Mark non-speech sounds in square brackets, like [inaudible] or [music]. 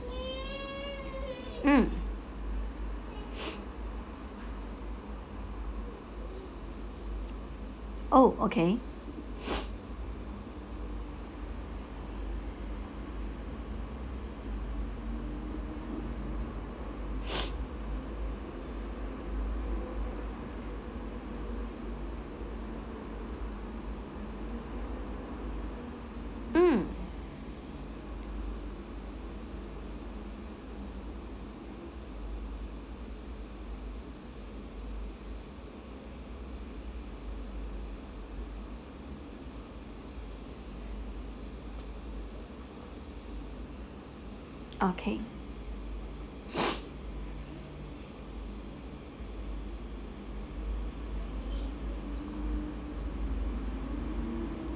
mm [breath] oh okay [breath] mm okay [breath]